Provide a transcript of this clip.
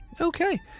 Okay